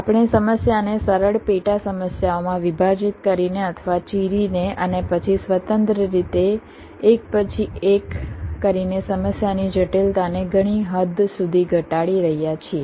આપણે સમસ્યાને સરળ પેટા સમસ્યાઓમાં વિભાજીત કરીને અથવા ચીરીને અને પછી સ્વતંત્ર રીતે એક પછી એક કરીને સમસ્યાની જટિલતાને ઘણી હદ સુધી ઘટાડી રહ્યા છીએ